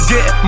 Get